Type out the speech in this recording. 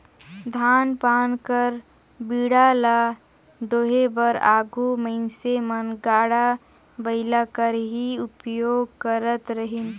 धान पान कर बीड़ा ल डोहे बर आघु मइनसे मन गाड़ा बइला कर ही उपियोग करत रहिन